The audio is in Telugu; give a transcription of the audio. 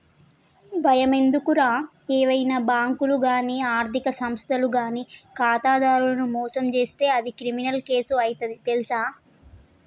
బయమెందుకురా ఏవైనా బాంకులు గానీ ఆర్థిక సంస్థలు గానీ ఖాతాదారులను మోసం జేస్తే అది క్రిమినల్ కేసు అయితది తెల్సా